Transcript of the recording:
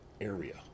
area